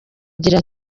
agira